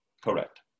Correct